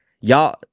Y'all